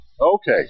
Okay